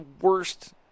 worst